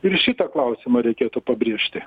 ir šitą klausimą reikėtų pabrėžti